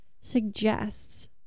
suggests